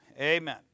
Amen